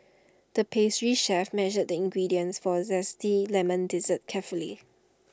the pastry chef measured the ingredients for A Zesty Lemon Dessert carefully